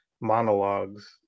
monologues